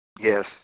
Yes